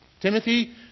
Timothy